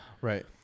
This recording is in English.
right